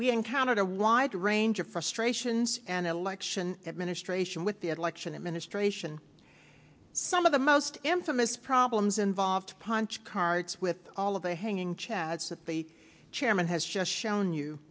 we encountered a wide range of frustrations and election administration with the i'd like should administration some of the most infamous problems involved punch cards with all of the hanging chads that the chairman has just shown you